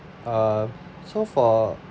uh so for